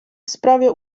sprawie